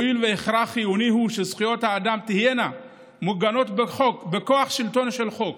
הואיל והכרח חיוני הוא שזכויות האדם תהיינה מוגנות בכוח שלטונו של החוק,